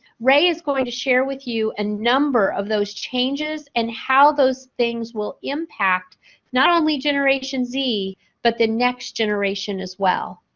ray is going to share with you a number of those changes and how those things will impact not only generation z but the next generation as well.